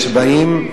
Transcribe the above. כשבאים סודנים,